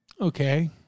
Okay